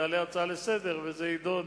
תעלה הצעה לסדר-היום וזה יידון,